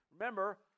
remember